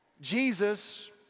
Jesus